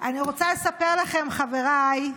אני רוצה לספר לכם, חבריי,